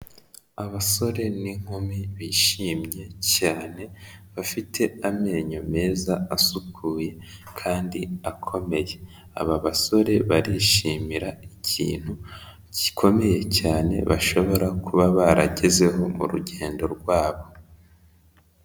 Abasore n'inkumi bishimye cyane bafite amenyo meza asukuye kandi akomeye, aba basore barishimira ikintu gikomeye cyane bashobora kuba baragezeho mu rugendo rwabo.